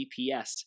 GPS